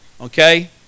okay